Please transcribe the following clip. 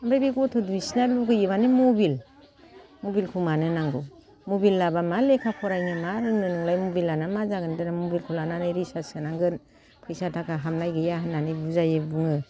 ओमफ्राय बे गथ' दुइसिना लुगैयो माने मबाइल मबाइलखौ मानो नांगौ मबाइल लाब्ला मा लेखा फरायनो मा रोंनो नोंलाय मबाइल लाना मा जागोन देनां मबाइलखौ लानानै रिचार्ज सोनांगोन फैसा थाखा हाबनाय गैया होननानै बुजाइयो बुङो